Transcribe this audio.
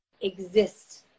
exist